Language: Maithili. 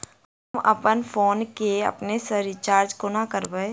हम अप्पन फोन केँ अपने सँ रिचार्ज कोना करबै?